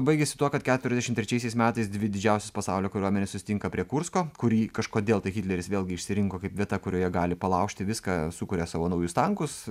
baigėsi tuo kad keturiasdešim trečiaisiais metais dvi didžiausios pasaulio kariuomenės susitinka prie kursko kurį kažkodėl tai hitleris vėlgi išsirinko kaip vieta kurioje gali palaužti viską sukuria savo naujus tankus